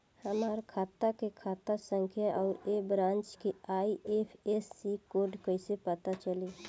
हमार खाता के खाता संख्या आउर ए ब्रांच के आई.एफ.एस.सी कोड कैसे पता चली?